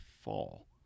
fall